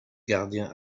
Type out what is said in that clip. gardien